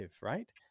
right